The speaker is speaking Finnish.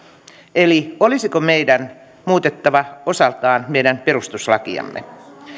eli olisiko meidän muutettava osaltaan meidän perustuslakiamme